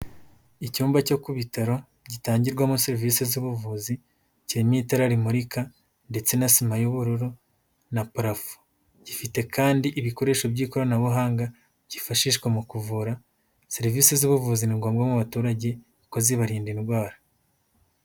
Icyumba cyo ku bitaro gitangirwamo serivisi z'ubuvuzi, kirimo itara rimurika ndetse na sima y'ubururu na parafo. Gifite kandi ibikoresho by'ikoranabuhanga byifashishwa mu kuvura, serivisi z'ubuvuzi ni ngombwa mu baturage kuko zibarinda indwara.